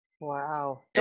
Wow